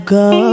go